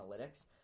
analytics –